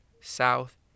South